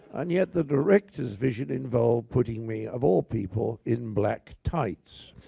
and yet, the director's vision involved putting me, of all people, in black tights.